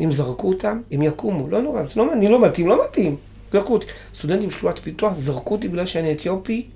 אם זרקו אותם, הם יקומו, לא נורא. אני לא מתאים - לא מתאים. זרקו אותי. סטודנטים של חברת פיתוח זרקו אותי בגלל שאני אתיופי.